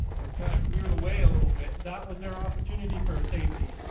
we've kind of clear the way a little bit that was their opportunity for a safety